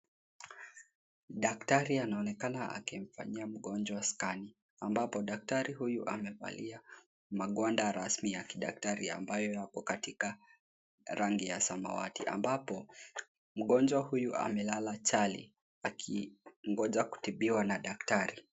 Daktari anaonekana akimfanyia mgonjwa skani, ambapo daktari huyu amevalia magwanda rasmi ya kidaktari ambayo yapo katika rangi ya samawati ambapo mgonjwa huyu amelala chali akingoja kutibiwa na daktari.